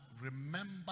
remember